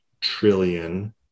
trillion